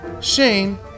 Shane